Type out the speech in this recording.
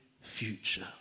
future